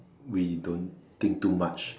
we don't think too much